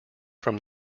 from